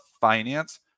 finance